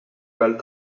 balles